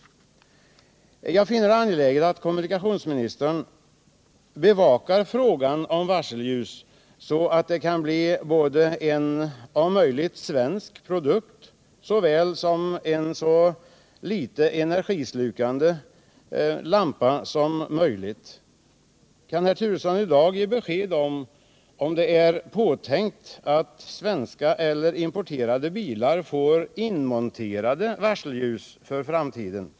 Jag finner det angeläget att kommunikationsministern bevakar frågan om varselljus så att vi kan få både en om möjligt svensk produkt och en så litet energislukande lampa som möjligt. Kan herr Turesson i dag ge besked om det är tänkt att svenska eller importerade bilar skall få inmonterade varselljus i framtiden?